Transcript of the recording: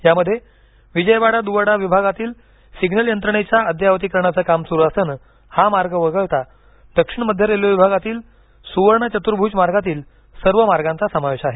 यामध्ये विजयवाडा दूव्वडा विभागातील सिग्नल यंत्रणेच्या अद्ययावतीकरणाचं काम सुरू असल्यानं हा मार्ग वगळता दक्षिण मध्य रेल्वे विभागातील सुवर्णचतुर्भुज मार्गातील सर्व मार्गाचा समावेश आहे